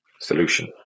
solution